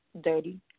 Dirty